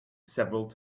several